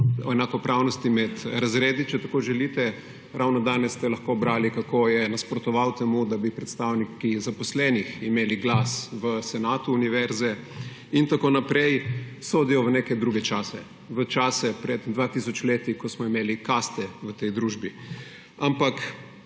do enakopravnosti med razredi, če tako želite − ravno danes ste lahko brali, kako je nasprotoval temu, da bi predstavniki zaposlenih imeli glas v senatu univerze in tako naprej − sodijo v neke druge čase, v čase pred dva tisoč leti, ko smo imeli kaste v tej družbi. Ampak